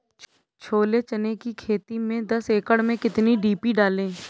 छोले चने की खेती में दस एकड़ में कितनी डी.पी डालें?